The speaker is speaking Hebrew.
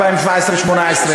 2017 2018?